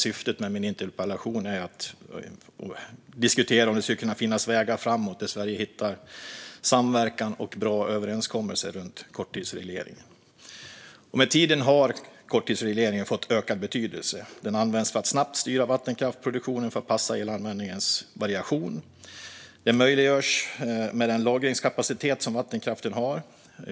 Syftet med min interpellation är egentligen att diskutera om det skulle kunna finnas vägar framåt där Sverige hittar samverkan och bra överenskommelser runt korttidsreglering. Med tiden har korttidsregleringen fått ökad betydelse. Den används för att snabbt styra vattenkraftsproduktionen för att passa elanvändningens variation och möjliggörs av den lagringskapacitet som vattenkraften har.